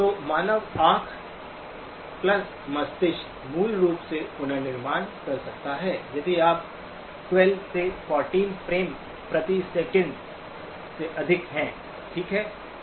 तो मानव आंख मस्तिष्क मूल रूप से पुनर्निर्माण कर सकता है यदि आप 12 से 14 फ्रेम प्रति सेकंड से अधिक है ठीक है